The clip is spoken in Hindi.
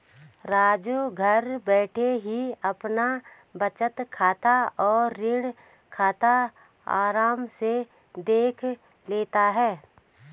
राजू घर बैठे ही अपना बचत खाता और ऋण खाता आराम से देख लेता है